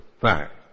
fact